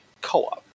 co-op